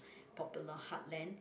popular heartland